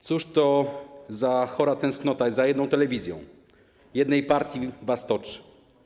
Cóż to za chora tęsknota za jedną telewizją, jedną partią was toczy?